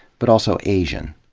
but also asian.